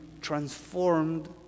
transformed